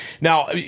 Now